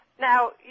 Now